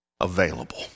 available